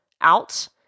out